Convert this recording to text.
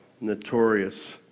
notorious